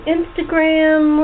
Instagram